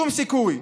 שום סיכוי.